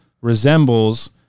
resembles